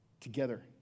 together